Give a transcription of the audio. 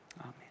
Amen